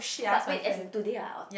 but wait as in today ah or